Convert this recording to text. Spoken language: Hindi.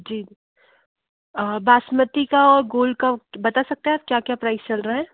जी बासमती का गोल्ड का बता सकता है क्या क्या प्राइस चल रहा है